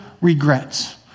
regrets